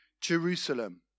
Jerusalem